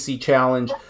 Challenge